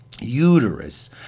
uterus